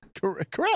correct